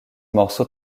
morceaux